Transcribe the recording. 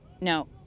no